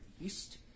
east